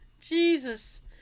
Jesus